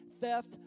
theft